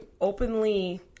openly